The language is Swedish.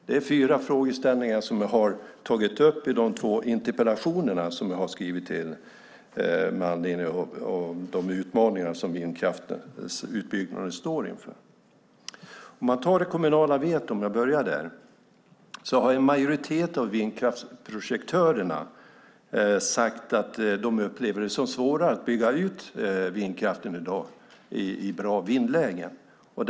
Det är fyra frågeställningar som jag har tagit upp i de två interpellationer som jag har skrivit med anledning av de utmaningar som vindkraftsutbyggnaden står inför. Jag kan börja med det kommunala vetot. En majoritet av vindkraftsprojektörerna har sagt att de upplever det som svårare att bygga ut vindkraften i bra vindlägen i dag.